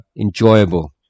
enjoyable